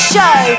Show